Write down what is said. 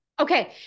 Okay